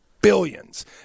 billions